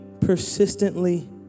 persistently